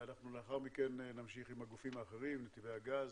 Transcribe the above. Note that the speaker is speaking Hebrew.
לאחר מכן נמשיך עם הגופים האחרים נתיבי הגז